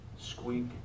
squeak